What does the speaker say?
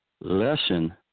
lesson